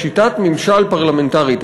בשיטת ממשל פרלמנטרית,